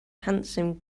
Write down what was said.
handsome